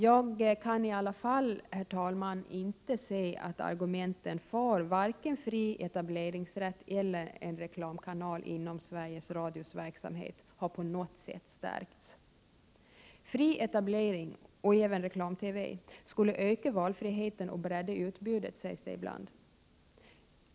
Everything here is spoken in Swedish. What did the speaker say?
Jag kan i alla fall, herr talman, inte se att argumenten för vare sig fri etableringsrätt eller en reklamkanal inom Sveriges Radios verksamhet har på något sätt stärkts. Fri etablering — och även reklam-TV -— skulle öka valfriheten och bredda utbudet, sägs det ibland.